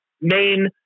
main